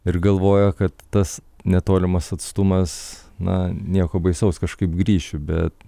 ir galvoja kad tas netolimas atstumas na nieko baisaus kažkaip grįšiu bet